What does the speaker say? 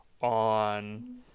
on